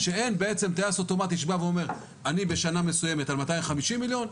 שאין בעצם טייס אוטומטי שאומר: אני בשנה מסוימת על 250 מיליון,